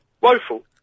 Woeful